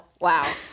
wow